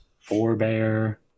Forebear